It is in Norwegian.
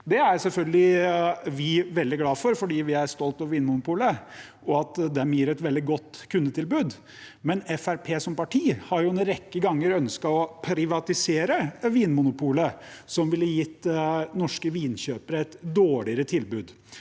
Det er selvfølgelig vi veldig glad for, for vi er stolt over Vinmonopolet og at de gir et veldig godt kundetilbud. Fremskrittspartiet har imidlertid en rekke ganger ønsket å privatisere Vinmonopolet, som ville gitt norske vinkjøpere et dårligere tilbud.